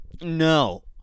No